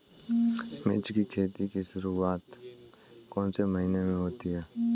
मिर्च की खेती की शुरूआत कौन से महीने में होती है?